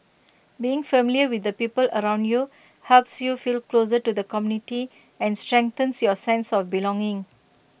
being familiar with the people around you helps you feel closer to the community and strengthens your sense of belonging